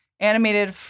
Animated